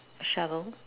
shovel